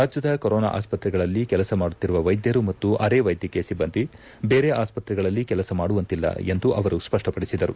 ರಾಜ್ಯದ ಕೊರೊನಾ ಆಸ್ಪತ್ತೆಗಳಲ್ಲಿ ಕೆಲಸ ಮಾಡುತ್ತಿರುವ ವೈದ್ಯರು ಮತ್ತು ಅರೆ ವೈದ್ಯಕೀಯ ಸಿಬ್ಬಂದಿ ಬೇರೆ ಆಸ್ಪತ್ರೆಗಳಲ್ಲಿ ಕೆಲಸ ಮಾಡುವಂತಿಲ್ಲ ಎಂದು ಅವರು ಸ್ಪಷ್ಟಪಡಿಸಿದರು